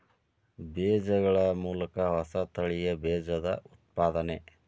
ಬೇಜಗಳ ಮೂಲಕ ಹೊಸ ತಳಿಯ ಬೇಜದ ಉತ್ಪಾದನೆ